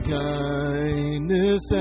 kindness